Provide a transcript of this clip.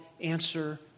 answer